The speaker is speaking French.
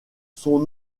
son